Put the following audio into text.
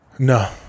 No